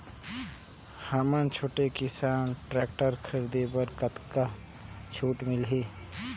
हमन छोटे किसान टेक्टर खरीदे बर कतका छूट मिलही?